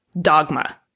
dogma